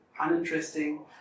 uninteresting